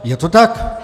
Je to tak?